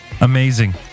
Amazing